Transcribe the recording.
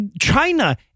China